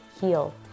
Heal